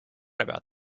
about